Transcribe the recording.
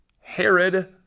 Herod